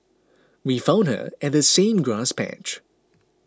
we found her at the same grass patch